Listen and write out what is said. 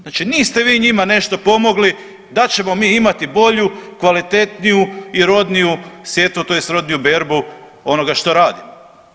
Znači, niste vi njima nešto pomogli da ćemo mi imati bolju, kvalitetniju i rodniju sjetvu, tj. rodniju berbu onoga što radim.